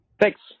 thanks